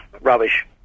rubbish